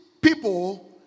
people